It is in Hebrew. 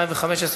התשע"ה 2015,